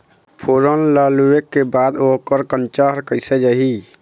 फोरन ला लुए के बाद ओकर कंनचा हर कैसे जाही?